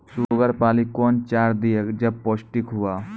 Sugar पाली कौन चार दिय जब पोस्टिक हुआ?